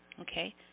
Okay